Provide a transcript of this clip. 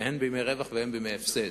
הן בימי רווח והן בימי הפסד.